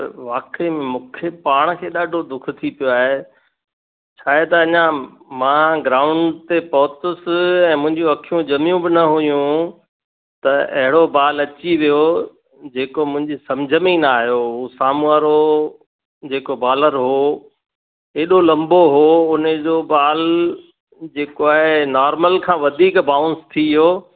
वाकेई में मूंखे पाण खे ॾाढो दुख थी पियो आहे छा आहे त अञा मां ग्राऊंड ते पहुतुसि ऐं मुंहिंजूं अखियूं ॼमियूं बि न हुयूं त अहिड़ो बाल अची वियो जेको मुंहिंजी समिझ में ई न आहियो साम्हूं वारो जेको बालर हो हेॾो लंबो हो उने जो बाल जेको आहे नार्मल खां वधीक बाऊंस थी वियो